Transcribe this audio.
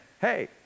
hey